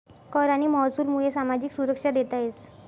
कर आणि महसूलमुये सामाजिक सुरक्षा देता येस